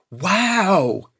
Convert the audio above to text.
wow